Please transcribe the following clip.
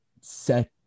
set